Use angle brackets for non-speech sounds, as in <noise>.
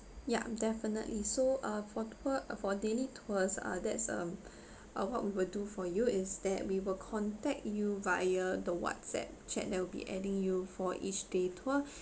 yup definitely so uh for tour for daily tours uh that's um <breath> uh what we will do for you is that we will contact you via the whatsapp chat that will be adding you for each day tour